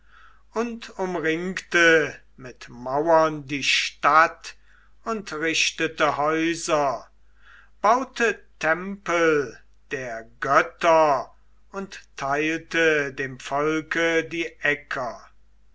und umringte mit mauern die stadt und richtete häuser baute tempel der götter und teilte dem volke die äcker